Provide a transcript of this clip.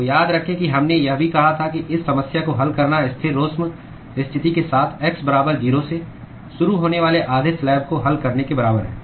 तो याद रखें कि हमने यह भी कहा था कि इस समस्या को हल करना स्थिरोष्म स्थिति के साथ x बराबर 0 से शुरू होने वाले आधे स्लैब को हल करने के बराबर है